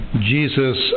Jesus